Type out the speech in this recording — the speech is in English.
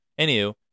Anywho